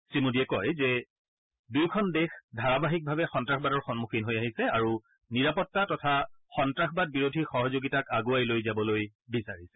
শ্ৰী মোদীয়ে কয় যে দুয়োখন দেশ ধাৰাবাহিকভাৱে সন্তাসবাদৰ সন্মুখীন হৈ আহিছে আৰু নিৰাপত্তা তথা সন্তাসবাদ বিৰোধী সহযোগিতাক আগুৱাই লৈ যাবলৈ বিচাৰিছে